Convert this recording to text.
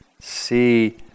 See